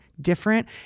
different